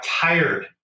tired